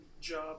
job